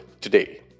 today